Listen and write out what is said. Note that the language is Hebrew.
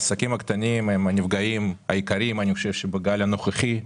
העסקים הקטנים הם הנפגעים העיקריים בגל הנוכחי.